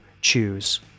choose